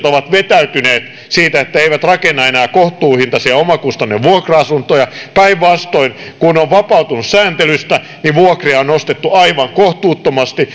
ovat vetäytyneet siitä eivät rakenna enää kohtuuhintaisia omakustannevuokra asuntoja päinvastoin kun ne ovat vapautuneet sääntelystä niin vuokria on nostettu aivan kohtuuttomasti